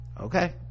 Okay